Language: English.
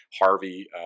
Harvey